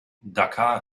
dakar